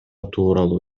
тууралуу